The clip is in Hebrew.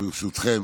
ברשותכם.